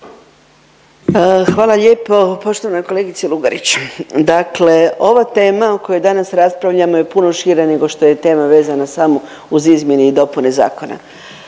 Hvala lijepo. Poštovana kolegice Lugarić, dakle ova tema o kojoj danas raspravljamo je puno šira nego što je tema vezana samo uz izmjene i dopune zakona.